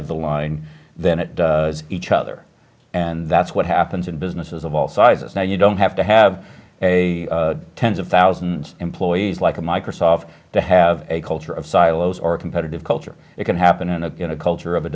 of the line than it each other and that's what happens in businesses of all sizes now you don't have to have a tens of thousands employees like microsoft to have a culture of silos or a competitive culture it can happen in a culture of a